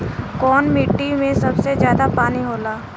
कौन मिट्टी मे सबसे ज्यादा पानी होला?